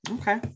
okay